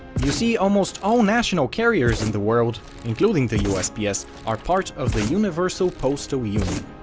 you see, almost all national carriers in the world including the usps, are part of the universal postal union,